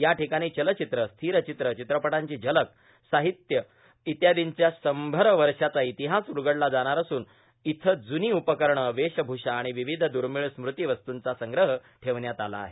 याठिकाणी चलचित्र स्थिरचित्र चित्रपटांची झलक प्रसिद्धी साहित्य इत्यादीच्या शंभर वर्षांचा इतिहास उलगडला जाणार असून इथं जूनी उपकरण वेषभूषा आणि विविध द्रर्मिळ स्म्रती वस्तूंचा संग्रह ठेवण्यात आला आहे